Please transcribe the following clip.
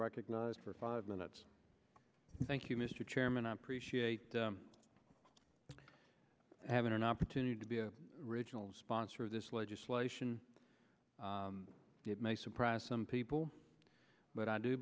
recognized for five minutes thank you mr chairman i appreciate having an opportunity to be a regional sponsor of this legislation it may surprise some people but i do